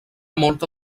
molta